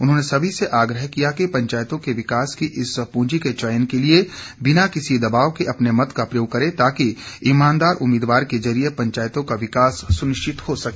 उन्होंने सभी से आग्रह किया कि पंचायतों के विकास की इस पूंजी के चयन के लिए बिना किसी दवाब के अपने मत का प्रयोग करें ताकि ईमानदार उम्मीदवार के जरिये पंचायतों का विकास सुनिश्चित हो सके